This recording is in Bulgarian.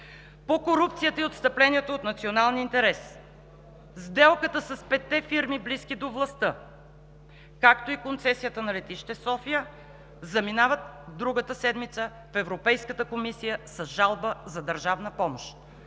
По корупцията и отстъплението от националния интерес. Сделката с петте фирми, близки до властта, както и концесията за летище София заминават другата седмица в Европейската комисия с жалба за държавна помощ.